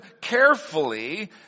carefully